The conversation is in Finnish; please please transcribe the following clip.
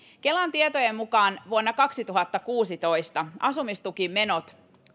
kelan tietojen mukaan vuonna kaksituhattakuusitoista asumistukimenot